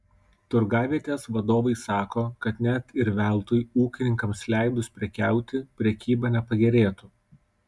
turgavietės vadovai sako kad net ir veltui ūkininkams leidus prekiauti prekyba nepagerėtų